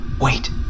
Wait